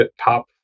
top